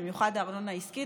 במיוחד הארנונה העסקית,